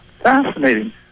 Fascinating